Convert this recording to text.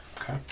Okay